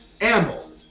Amble